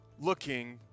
looking